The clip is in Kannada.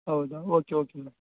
ಹೌದಾ ಓಕೆ ಓಕೆ ಮ್ಯಾಮ್